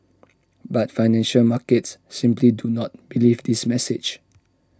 but financial markets simply do not believe this message